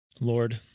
Lord